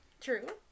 true